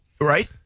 Right